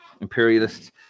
Imperialists